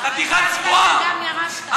חתיכת צבועה,